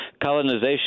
colonization